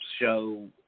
show